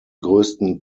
größten